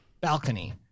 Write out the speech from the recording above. balcony